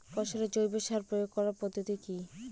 ফসলে জৈব সার প্রয়োগ করার পদ্ধতি কি?